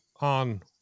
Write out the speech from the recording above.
on